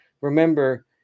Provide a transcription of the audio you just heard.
remember